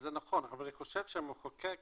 זה נכון, אבל אני חושב שהמחוקק